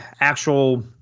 actual